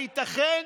הייתכן?